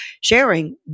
sharing